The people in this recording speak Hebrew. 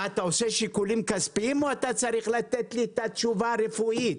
אתה עושה שיקולים כספיים או אתה צריך לתת לי תשובה רפואית?